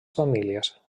famílies